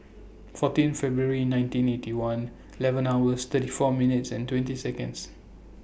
fourteen February nineteen Eighty One eleven hours thirty four minutes and twenty Seconds